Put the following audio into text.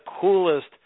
coolest